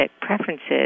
preferences